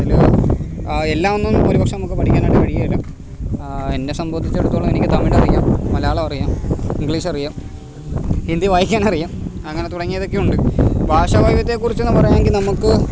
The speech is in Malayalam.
അതിൽ എല്ലാം ഒന്നും ഒരുപക്ഷെ നമുക്ക് പഠിക്കാനായിട്ട് കഴിയുകില്ല എന്നെ സംബന്ധിച്ചെടുത്തോളം എനിക്ക് തമിഴ് അറിയാം മലയാളം അറിയാം ഇംഗ്ലീഷ് അറിയാം ഹിന്ദി വായിക്കാനറിയാം അങ്ങനെ തുടങ്ങിയതൊക്കെയുണ്ട് ഭാഷാ വൈവിധ്യത്തെക്കുറിച്ചെന്നു പറയാമെങ്കിൽ നമുക്ക്